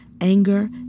anger